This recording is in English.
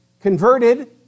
converted